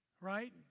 right